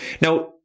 Now